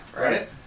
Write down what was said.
right